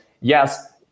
yes